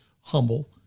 humble